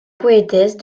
poétesse